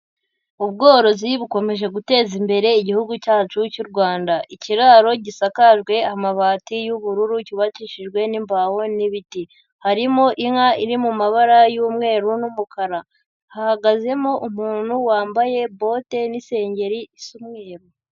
Ubworozi bukomeje guteza imbere igihugu cyacu cy'u Rwanda, ikiraro gisakajwe amabati y'ubururu cyubakishijwe n'imvaho n'ibiti, harimo inka iri mu mabara y'umweru n'umukara, hahagazemo umuntu wambaye bote n'isengeri isa umweru.